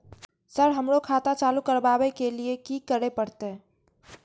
Sir हमरो खाता चालू करबाबे के ली ये की करें परते?